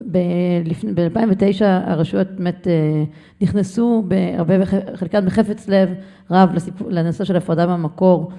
ב-2009 הרשויות באמת נכנסו בהרבה חלקן מחפץ לב רב לנושא של הפרדה מהמקור